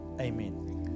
Amen